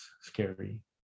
scary